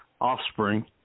offspring